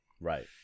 Right